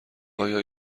آیا